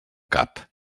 cap